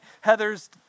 Heather's